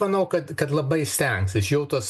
manau kad kad labai stengsis šiltas